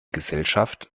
gesellschaft